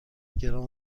گران